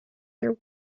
their